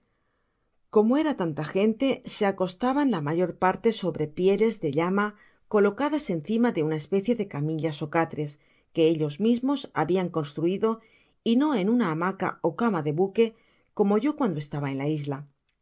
gomó era tanta gente se acostaban la mayor párie sobre pioles de llama colocadas encima de una especie de camillas é catres que ellos mismos habían construido y no en una hamaca ó cama de buque como yo cuando estaba en la isla